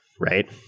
right